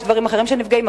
יש דברים אחרים שנפגעים,